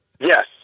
Yes